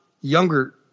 younger